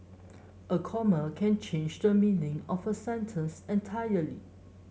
a comma can change the meaning of a sentence entirely